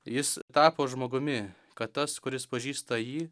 jis tapo žmogumi kad tas kuris pažįsta jį